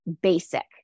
basic